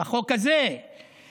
בחוק הזה בבג"ץ.